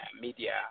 media